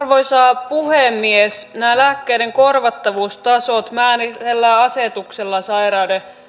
arvoisa puhemies nämä lääkkeiden korvattavuustasot määritellään asetuksella sairauden